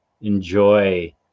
enjoy